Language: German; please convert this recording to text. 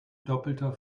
doppelter